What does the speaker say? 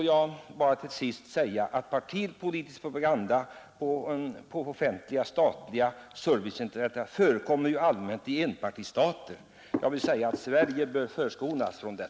Slutligen vill jag säga att partipolitisk propaganda på offentliga statliga serviceinrättningar ju förekommer allmänt i enpartistater, men Sverige bör förskonas från det.